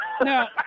Now